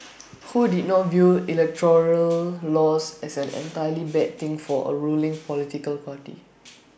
ho did not view electoral loss as an entirely bad thing for A ruling political party